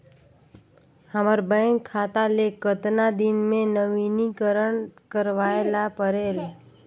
हमर बैंक खाता ले कतना दिन मे नवीनीकरण करवाय ला परेल?